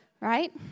Right